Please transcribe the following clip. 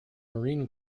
marine